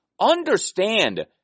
Understand